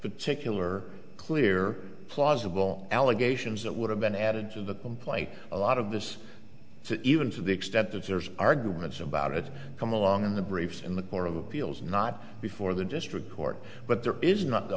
particular clear plausible allegations that would have been added to the complaint a lot of this so even to the extent that there's arguments about it come along in the briefs in the court of appeals not before the district court but there is not th